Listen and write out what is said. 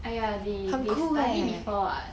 !aiya! they they study before [what]